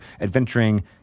adventuring